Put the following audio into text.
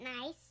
nice